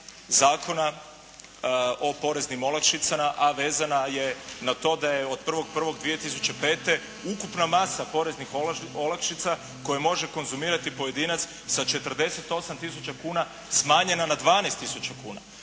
Zakona o poreznim olakšicama, a vezana je na to da je od 1.1.2005. ukupna masa poreznih olakšica koje može konzumirati pojedinac sa 48000 kuna smanjena na 12000 kuna.